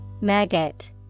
Maggot